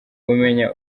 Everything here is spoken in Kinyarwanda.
umenya